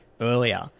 earlier